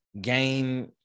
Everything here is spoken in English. game